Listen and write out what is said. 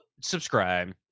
subscribe